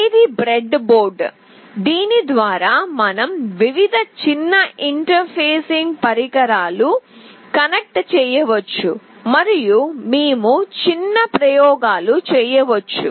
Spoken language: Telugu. ఇది బ్రెడ్ బోర్డ్ దీని ద్వారా మనం వివిధ చిన్న ఇంటర్ఫేసింగ్ పరికరాలను కనెక్ట్ చేయవచ్చు మరియు మేము చిన్న ప్రయోగాలు చేయవచ్చు